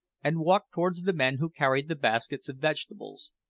and walked towards the men who carried the baskets of vegetables,